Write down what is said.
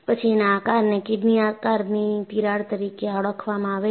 પછી એના આકારને કિડની આકારની તિરાડ તરીકે ઓળખવામાં આવે છે